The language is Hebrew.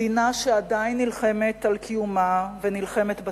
מדינה שעדיין נלחמת על קיומה ונלחמת בטרור.